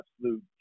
absolute